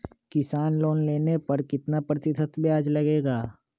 किसान लोन लेने पर कितना प्रतिशत ब्याज लगेगा?